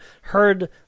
Heard